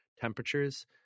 temperatures